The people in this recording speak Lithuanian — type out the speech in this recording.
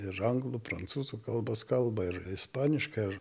ir anglų prancūzų kalbos kalba ir ispaniškai ir